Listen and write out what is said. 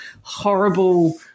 horrible